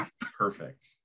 perfect